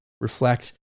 Reflect